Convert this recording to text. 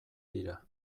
dira